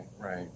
right